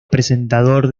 presentador